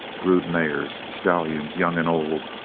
brood mares, stallions young and old,